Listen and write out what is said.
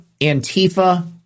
Antifa